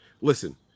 Listen